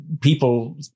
people